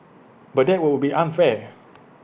but that would be unfair